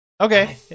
Okay